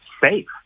safe